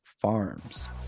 Farms